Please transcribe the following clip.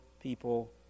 people